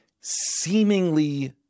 seemingly